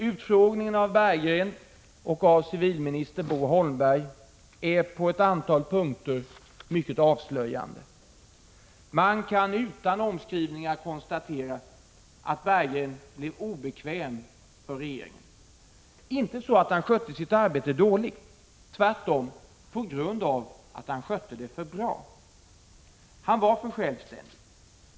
Utfrågningen av Berggren och av civilminister Holmberg är på ett antal punkter mycket avslöjande. Man kan utan omskrivningar konstatera att Berggren blev obekväm för regeringen. Inte så att han skötte sitt arbete dåligt, tvärtom, han skötte det för bra. Han var för självständig.